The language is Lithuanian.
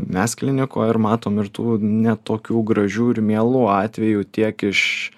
mes klinikoj ir matom ir tų ne tokių gražių ir mielų atvejų tiek iš